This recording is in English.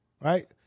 right